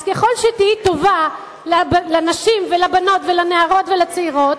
אז ככל שתהיי טובה לנשים ולבנות ולנערות ולצעירות,